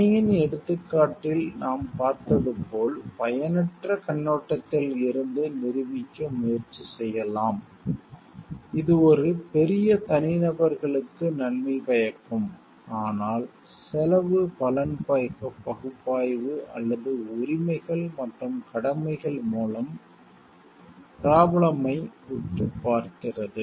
அணையின் எடுத்துக்காட்டில் நாம் பார்த்தது போல் பயனற்ற கண்ணோட்டத்தில் இருந்து நிரூபிக்க முயற்சி செய்யலாம் இது ஒரு பெரிய தனி நபர்களுக்கு நன்மை பயக்கும் ஆனால் செலவு பலன் பகுப்பாய்வு அல்லது உரிமைகள் மற்றும் கடமைகள் மூலம் ப்ரோப்லேம் ஐ உற்று பார்க்கிறது